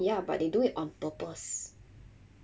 ya but they do it on purpose